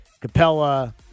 Capella